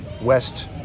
west